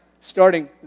starting